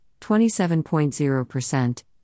27.0%